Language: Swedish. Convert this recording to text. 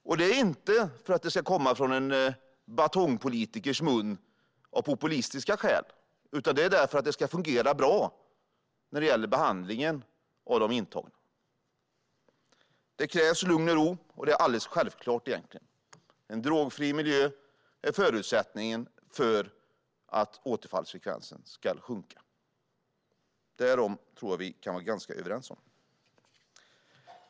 Nolltoleransen finns inte för att det ska komma från en batongpolitikers mun av politiska skäl utan för att det ska fungera bra med behandlingen av de intagna. Det krävs lugn och ro. Det är egentligen alldeles självklart: En drogfri miljö är förutsättningen för att återfallsfrekvensen ska sjunka. Det tror jag att vi kan vara ganska överens om.